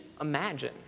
imagine